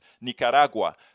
Nicaragua